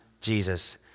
Jesus